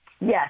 Yes